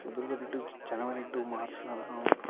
February to January to மார்ச்லலாம்